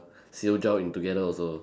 see you drown in together also